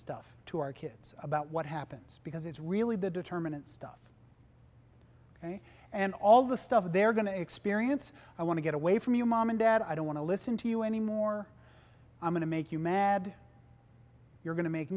stuff to our kids about what happens because it's really the determinant stuff and all the stuff they're going to experience i want to get away from you mom and dad i don't want to listen to you anymore i'm going to make you mad you're going to make